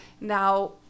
Now